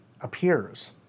appears